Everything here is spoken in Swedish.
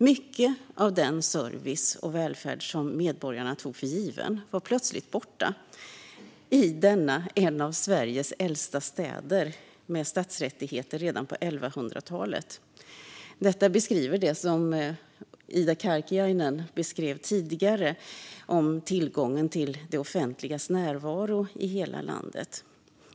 Mycket av den service och välfärd som medborgarna tog för given var plötsligt borta i denna en av Sveriges äldsta städer med stadsrättigheter redan på 1100-talet. Detta beskriver det som Ida Karkiainen beskrev tidigare om tillgången till det offentligas närvaro i hela landet.